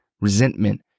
resentment